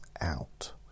out